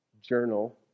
journal